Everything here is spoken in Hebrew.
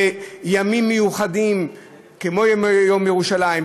בימים מיוחדים כמו יום ירושלים,